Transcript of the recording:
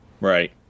Right